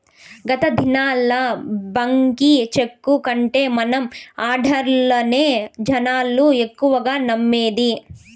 గత దినాల్ల బాంకీ చెక్కు కంటే మన ఆడ్డర్లనే జనాలు ఎక్కువగా నమ్మేది